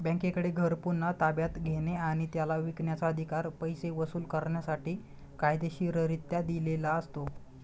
बँकेकडे घर पुन्हा ताब्यात घेणे आणि त्याला विकण्याचा, अधिकार पैसे वसूल करण्यासाठी कायदेशीररित्या दिलेला असतो